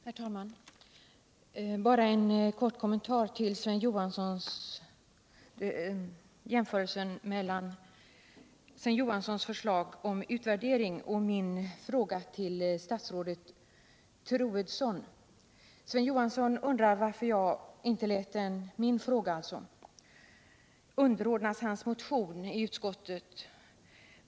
Herr talman! Bara en kort kommentar till jämförelsen mellan Sven Johanssons förslag om utvärdering och min fråga till statsrådet Troedsson. Sven Johansson undrade varför jag inte lät min fråga underordnas hans motion i utskottet.